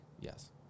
Yes